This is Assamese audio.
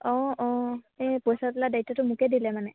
অঁ অঁ এই পইচা তোলা দায়িত্বতো মোকে দিলে মানে